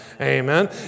Amen